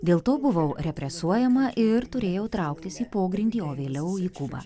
dėl to buvau represuojama ir turėjau trauktis į pogrindį o vėliau į kubą